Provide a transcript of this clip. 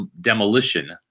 demolition